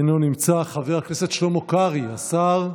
אינו נמצא, חבר הכנסת שלמה קרעי, השר,